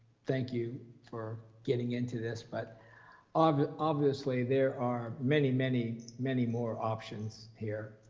thank you for getting into this, but um obviously there are many, many, many more options here.